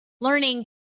learning